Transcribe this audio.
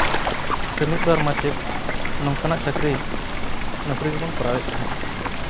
ᱥᱮ ᱢᱤᱫ ᱵᱟᱨ ᱢᱟᱪᱮᱫ ᱱᱚᱝᱠᱟᱱᱟᱜ ᱪᱟᱹᱠᱨᱤ ᱱᱚᱠᱨᱤ ᱠᱚᱵᱚᱱ ᱠᱚᱨᱟᱣᱮᱫ ᱛᱟᱦᱮᱸᱜ